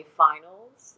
finals